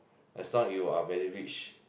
as long you are very rich